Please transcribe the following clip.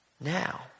now